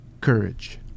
courage